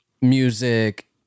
music